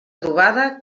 trobada